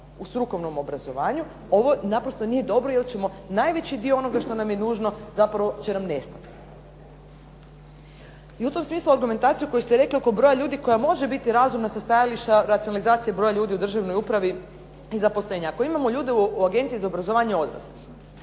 u strukovnom obrazovanju, ovo naprosto nije dobro jer ćemo najveći dio onoga što nam je nužno zapravo će nestati. I u tom smislu argumentaciju koju ste rekli oko broja ljudi koja može biti razumna sa stajališta racionalizacije broja ljudi u državnoj upravi i zaposlenja. Ako imamo ljude u Agenciji za obrazovanje odraslih